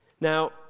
Now